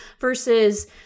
versus